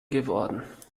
geworden